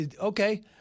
Okay